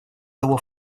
того